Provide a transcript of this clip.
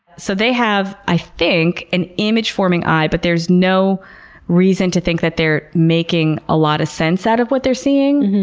so they have, i think, an image-forming eye, but there's no reason to think that they're making a lot of sense out of what they're seeing.